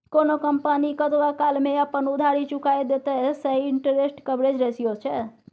कोनो कंपनी कतबा काल मे अपन उधारी चुका देतेय सैह इंटरेस्ट कवरेज रेशियो छै